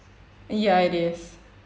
ya it is